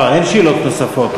לא, אין שאלות נוספות.